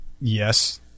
Yes